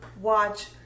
watch